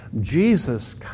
Jesus